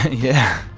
yeah